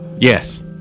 Yes